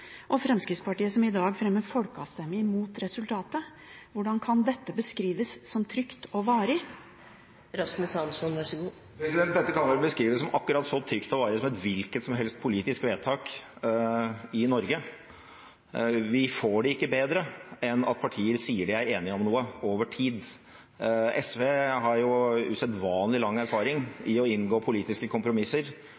og Fremskrittspartiet, som i dag fremmer forslag om folkeavstemning om resultatet. Hvordan kan dette beskrives som trygt og varig? Dette kan vel beskrives som akkurat så trygt og varig som et hvilket som helst politisk vedtak i Norge. Vi får det ikke bedre enn at partier sier at de er enige om noe over tid. SV har usedvanlig lang erfaring i å inngå politiske kompromisser